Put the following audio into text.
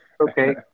Okay